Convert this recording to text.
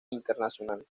internacional